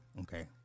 Okay